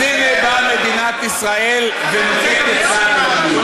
אז הנה באה מדינת ישראל ונוקטת צעד מקביל.